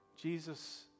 Jesus